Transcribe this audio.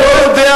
הוא לא יודע,